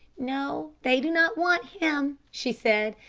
no, they do not want him, she said,